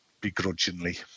begrudgingly